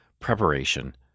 preparation